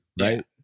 Right